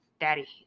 daddy